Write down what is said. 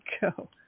go